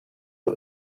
pro